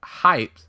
hyped